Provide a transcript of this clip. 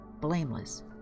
blameless